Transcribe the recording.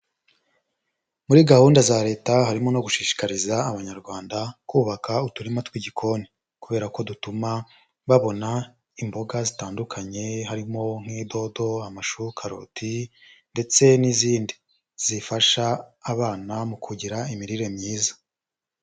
Muri gahunda za Leta harimo no gushishikariza Abanyarwanda kubaka uturima tw'igikoni kubera ko dutuma babona imboga zitandukanye, harimo nk'idodo, amashu, karoti ndetse n'izindi zifasha abana mu kugira imirire myiza.